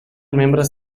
membres